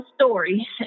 story